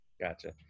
Gotcha